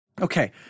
Okay